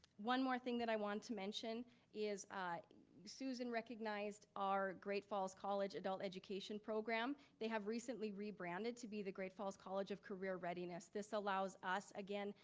one more thing that i want to mention is susan recognized our great falls college adult education program. they have recently rebranded to be the great falls college of career readiness. this allows us, again,